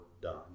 done